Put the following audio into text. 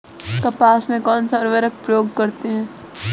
कपास में कौनसा उर्वरक प्रयोग करते हैं?